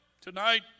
tonight